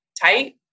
tight